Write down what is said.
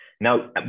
now